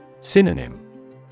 Synonym